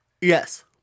Yes